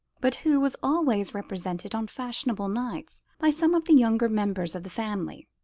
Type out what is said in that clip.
but who was always represented on fashionable nights by some of the younger members of the family.